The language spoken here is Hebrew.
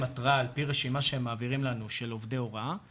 התרעה על פי רשימה של עובדי הוראה שהם מעבירים לנו,